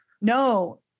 No